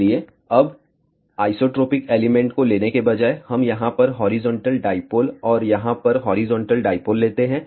इसलिए अब isotropic element को लेने के बजाय हम यहाँ पर हॉरिजॉन्टल डाईपोल और यहाँ पर हॉरिजॉन्टल डाईपोल लेते हैं